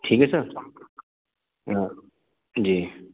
ٹھیک ہے سر جی